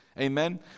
amen